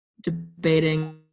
debating